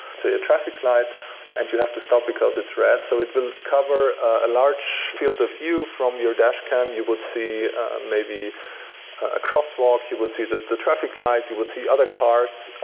say a traffic light and you have to stop because it's red. so it will cover a large field of view from your dash cam. you would see maybe a crosswalk, you would see that the traffic light, you would see other cars,